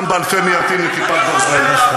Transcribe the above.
גם באלפי מיירטים מ"כיפת ברזל" אתה חוזר להפחדה.